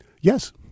Yes